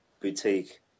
boutique